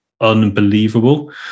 unbelievable